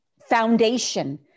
foundation